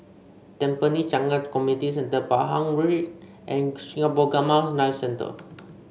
Tampine Changkat Community Centre Pahang Street and Singapore Gamma Knife Centre